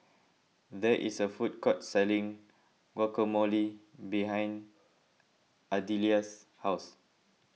there is a food court selling Guacamole behind Adelia's house